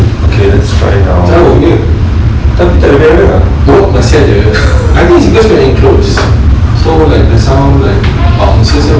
jauhnya oh masih ada I think it's because we are enclosed so like the sound like bounces bounces